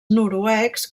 noruecs